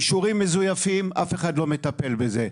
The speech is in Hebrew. אישורים מזויפים אף אחד לא מטפל בזה,